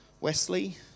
Wesley